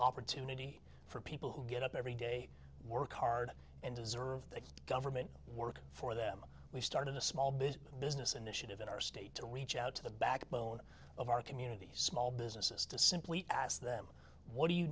opportunity for people who get up every day work hard and deserve the government to work for them we started a small business business initiative in our state to reach out to the backbone of our communities small businesses to simply ask them what do you